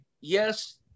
yes